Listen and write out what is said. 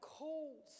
cold